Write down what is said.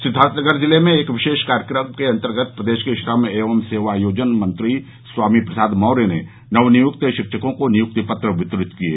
सिद्वार्थनगर जिले में एक विशेष कार्यक्रम के अन्तर्गत प्रदेश के श्रम एवं सेवायोजन मंत्री स्वामी प्रसाद मौर्य ने नव नियुक्त शिक्षकों को नियुक्ति पत्र वितरित किये